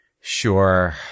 sure